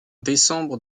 décembre